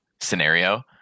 scenario